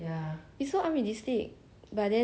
oh I watch them like damm happy